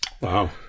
Wow